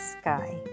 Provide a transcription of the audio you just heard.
sky